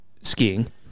skiing